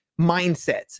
mindsets